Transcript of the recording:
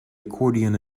accordion